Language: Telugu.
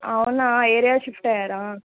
అవునా ఏరియా షిఫ్ట్ అయ్యారా